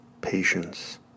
patience